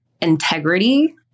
integrity